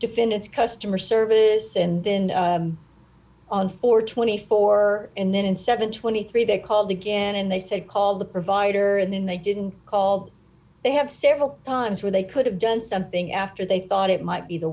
defendants customer service and been on for twenty four and then in seven hundred and twenty three they called again and they said call the provider and then they didn't call they have several times where they could have done something after they thought it might be the